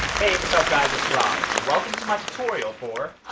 hey, what's up guys it's rob and welcome to my tutorial for